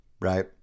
right